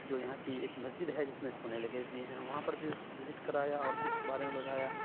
جو یہاں کی ایک مسجد ہے جس میں سونے لگے ہوئے ہیں وہاں پر بھی اُس کو وزٹ کرایا اور پھر اُس کے بارے میں بتایا